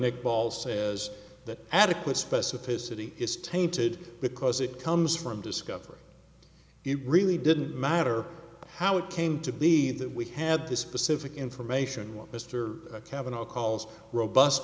it ball says that adequate specificity is tainted because it comes from discovery it really didn't matter how it came to be that we had this specific information what mr cavanaugh calls robust